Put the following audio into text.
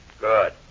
Good